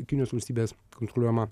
kinijos valstybės kontroliuojama